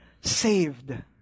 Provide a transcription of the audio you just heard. saved